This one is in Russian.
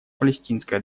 палестинской